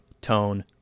tone